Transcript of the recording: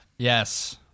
Yes